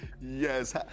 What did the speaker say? Yes